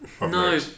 No